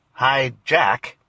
hijack